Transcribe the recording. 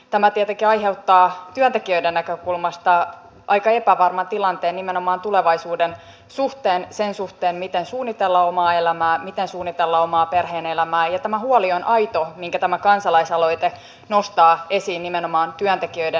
tämä tietenkin aiheuttaa työntekijöiden näkökulmasta aika epävarman tilanteen nimenomaan tulevaisuuden suhteen sen suhteen miten suunnitella omaa elämää miten suunnitella oman perheen elämää ja tämä huoli on aito minkä tämä kansalaisaloite nostaa esiin nimenomaan työntekijöiden näkökulmasta